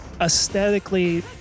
Aesthetically